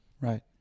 right